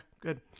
good